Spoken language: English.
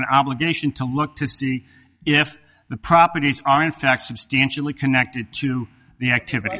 an obligation to look to see if the properties are in fact substantially connected to the activity